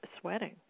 sweating